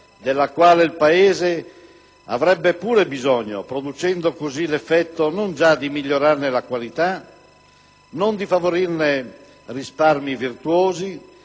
della quale il Paese avrebbe pur bisogno, producendo così l'effetto non già di migliorarne la qualità, non di favorirne risparmi virtuosi,